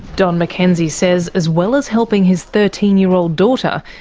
don mckenzie says as well as helping his thirteen year old daughter,